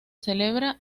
celebra